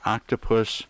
Octopus